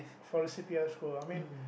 for the C_P_F school I mean